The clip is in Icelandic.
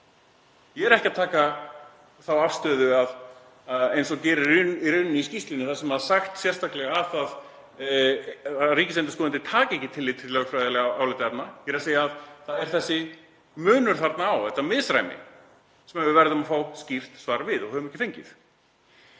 Ég er ekki að taka þá afstöðu sem er í rauninni tekin í skýrslunni þar sem er sagt sérstaklega að ríkisendurskoðandi taki ekki tillit til lögfræðilegra álitaefna. Ég segi að það sé þessi munur þarna á, þetta misræmi sem við verðum að fá skýrt svar við og höfum ekki fengið.